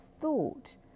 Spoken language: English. thought